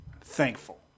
thankful